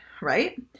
right